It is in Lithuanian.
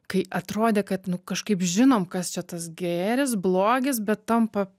kai atrodė kad nu kažkaip žinom kas čia tas gėris blogis bet tampa